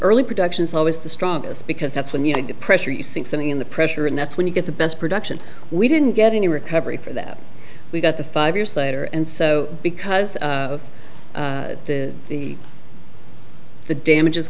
early production is always the strongest because that's when you get pressure you see something in the pressure and that's when you get the best production we didn't get any recovery for that we got to five years later and so because of the the damages